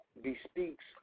bespeaks